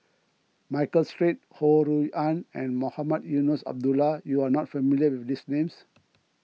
Michael Seet Ho Rui An and Mohamed Eunos Abdullah you are not familiar with these names